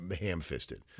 ham-fisted